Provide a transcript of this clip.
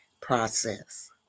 process